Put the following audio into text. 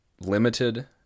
limited